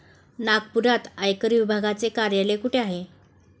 नागपुरात आयकर विभागाचे कार्यालय कुठे आहे?